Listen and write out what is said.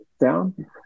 down